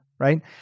Right